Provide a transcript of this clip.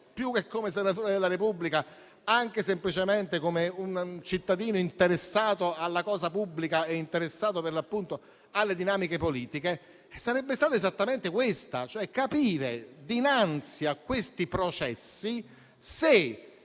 più che come senatore della Repubblica anche semplicemente come cittadino interessato alla cosa pubblica e alle dinamiche politiche, sarebbe stato esattamente capire se, dinanzi a questi processi,